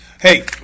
Hey